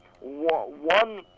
One